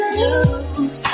lose